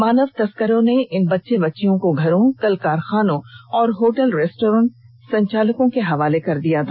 मानव तस्करों ने इन बच्चे बच्चियों को घरों कल कारखानों और होटल रेस्टोरेंट संचालकों के हवाले कर दिया था